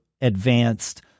advanced